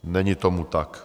Není tomu tak.